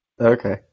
Okay